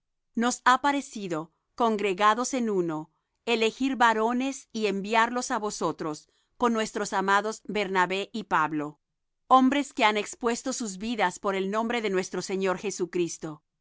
nos ha parecido congregados en uno elegir varones y enviarlos á vosotros con nuestros amados bernabé y pablo hombres que han expuesto sus vidas por el nombre de nuestro señor jesucristo